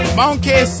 monkey